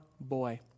boy